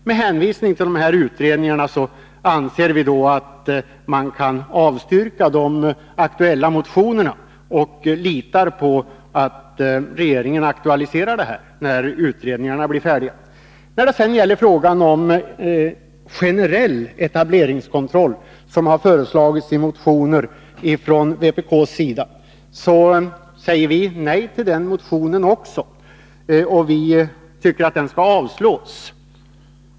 Med hänvisning till dessa utredningar anser vi att man kan avstyrka de aktuella motionerna och lita på att regeringen aktualiserar detta när utredningarna blir färdiga. Till en generell etableringskontroll, som föreslagits i en motion från vpk, säger vi också nej. Vi tycker att den motionen skall avslås.